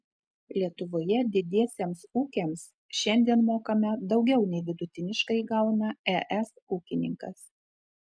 lietuvoje didiesiems ūkiams šiandien mokame daugiau nei vidutiniškai gauna es ūkininkas